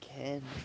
can